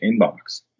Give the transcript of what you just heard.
inbox